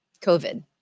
COVID